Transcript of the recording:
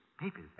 Papers